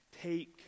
take